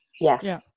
Yes